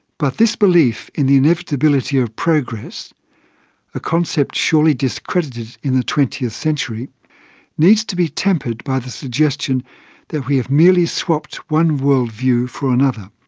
but this belief in the inevitability of progress a concept surely discredited in the twentieth century needs to be tempered by the suggestion that we have merely swapped one world view for another.